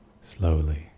Slowly